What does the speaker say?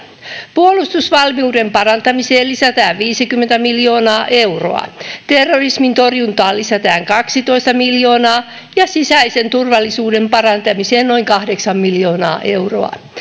puolustusvalmiuden parantamiseen lisätään viisikymmentä miljoonaa euroa terrorismin torjuntaan lisätään kaksitoista miljoonaa ja sisäisen turvallisuuden parantamiseen noin kahdeksan miljoonaa euroa